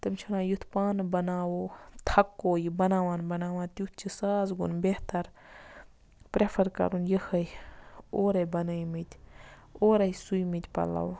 تِم چھِ وَنان یِتھ پانہٕ بَناوو تھکو یہِ بَناوان بَناوان تیُتھ چھُ سازوُن بہتر پرٮ۪فر کَرُن یِہوے اورَے ببَنٲومٕتۍ اورٕے سُومٕتۍ پَلو